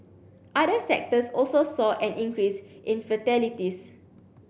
other sectors also saw an increase in fatalities